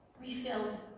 refilled